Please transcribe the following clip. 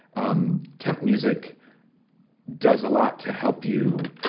um temp music does a lot to help you.